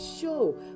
show